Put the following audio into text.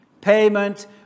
Payment